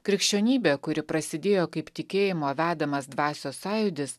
krikščionybė kuri prasidėjo kaip tikėjimo vedamas dvasios sąjūdis